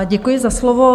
Děkuji za slovo.